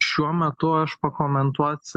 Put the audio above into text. šiuo metu aš pakomentuot